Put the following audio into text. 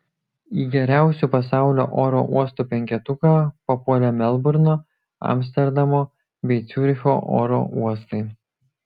į geriausių pasaulio oro uostų penketuką papuolė melburno amsterdamo bei ciuricho oro uostai